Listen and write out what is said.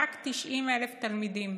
רק 90,000 תלמידים.